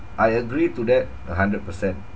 I agree to that a hundred percent